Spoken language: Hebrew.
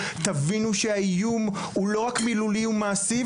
תבינו שהאיום הוא לא רק מילולי, הוא מעשי.